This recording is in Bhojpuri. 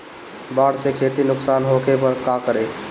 बाढ़ से खेती नुकसान होखे पर का करे?